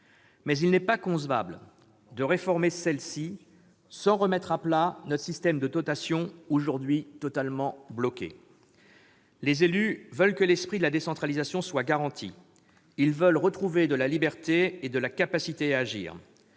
Mais il n'est pas concevable de réformer celle-ci sans remettre à plat notre système de dotation aujourd'hui totalement bloqué. Les élus veulent que l'esprit de la décentralisation soit garanti, ils veulent retrouver de la liberté et de la capacité à agir.